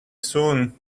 soon